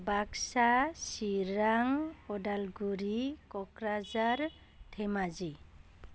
Baksa Chirang Udalguri Kokrajhar Dhemaji